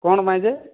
କ'ଣ ପାଇଁ ଯେ